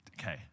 Okay